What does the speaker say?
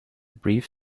brief